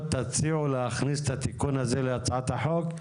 תציעו להכניס את התיקון הזה להצעת החוק?